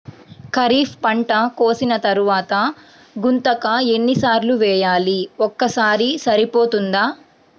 ఖరీఫ్ పంట కోసిన తరువాత గుంతక ఎన్ని సార్లు వేయాలి? ఒక్కసారి సరిపోతుందా?